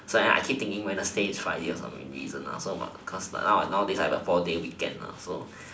so so I keep thinking wednesday is friday for some reason so cause nowadays I have a four day weekends